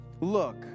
Look